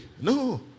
No